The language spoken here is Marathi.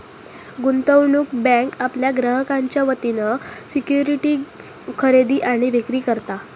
गुंतवणूक बँक आपल्या ग्राहकांच्या वतीन सिक्युरिटीज खरेदी आणि विक्री करता